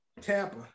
Tampa